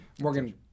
Morgan